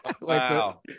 Wow